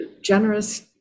generous